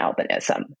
albinism